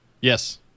Yes